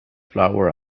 flower